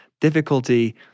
difficulty